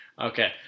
Okay